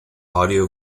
audio